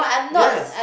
yes